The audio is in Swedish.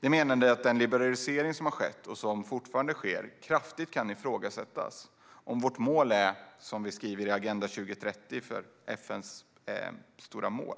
De menade att den liberalisering som har skett och som fortfarande sker kan ifrågasättas kraftigt om vi ska uppnå det som sägs i mål 2 i FN:s Agenda